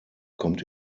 kommt